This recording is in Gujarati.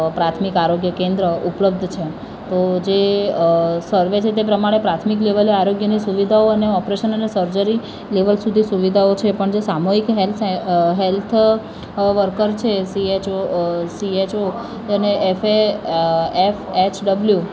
પ્રાથમિક આરોગ્ય કેન્દ્ર ઉપલબ્ધ છે તો જે સર્વે છે તે પ્રમાણે પ્રાથમિક લેવલે આરોગ્યની સુવિધાઓ અને ઑપરેશન અને સર્જરી લેવલ સુધી સુવિધાઓ છે પણ જે સામૂહિક હૅલ્થ સે હૅલ્થ વર્કર છે C H O C H O અને F A F H W